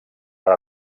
per